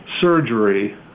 surgery